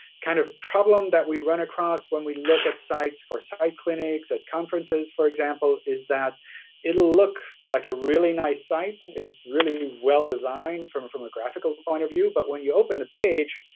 kind of problem that we run across when we look at sites for site clinics, at conferences for example, is that it'll look like a really nice site. it's really well-designed from from a graphical point of view. but when you open the page,